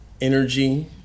energy